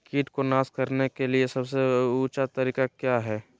किट को नास करने के लिए सबसे ऊंचे तरीका काया है?